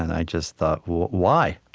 and i just thought, well, why?